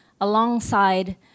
alongside